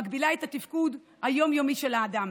מגבילה את התפקוד היום-יומי של האדם.